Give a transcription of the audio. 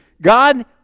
God